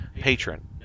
Patron